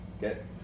Get